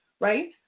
right